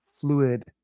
fluid